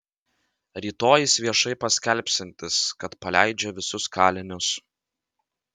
rytoj jis viešai paskelbsiantis kad paleidžia visus kalinius